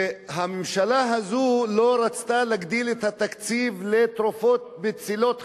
שהממשלה הזאת לא רצתה להגדיל את התקציב לתרופות מצילות חיים.